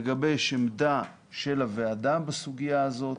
לגבש עמדה של הוועדה בסוגיה הזאת